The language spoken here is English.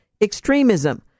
extremism